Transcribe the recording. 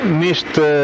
nesta